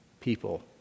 people